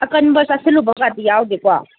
ꯑꯀꯟꯕ ꯆꯥꯁꯤꯜꯂꯨꯕꯒꯗꯤ ꯌꯥꯎꯗꯦꯀꯣ